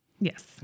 Yes